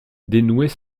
dénouait